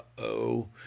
uh-oh